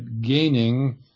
gaining